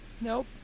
Nope